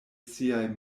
siaj